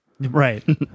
Right